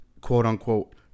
quote-unquote